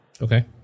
Okay